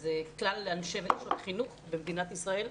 זה כלל אנשי החינוך במדינת ישראל,